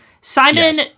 Simon